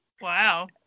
wow